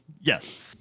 yes